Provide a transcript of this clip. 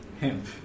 Hemp